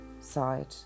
side